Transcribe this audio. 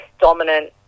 dominant